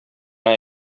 are